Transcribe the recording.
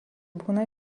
būna